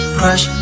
crush